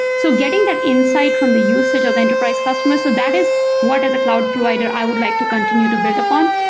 so getting that insight from the usage of the enterprise customer, so that is what as a cloud provider i would like to continue to build up on.